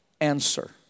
answer